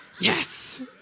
yes